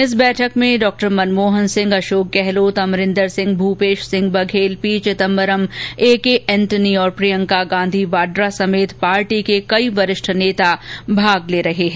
इस बैठक में doctor Manmohan Singh Ashok Gehlot Amarinder Singh Bhupesh Singh Baghel P Chidambaram A K Antony और प्रियंका गांधी वाड्रा समेत पार्टी के कई वरिष्ठ नेता भाग ले रहे हैं